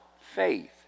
faith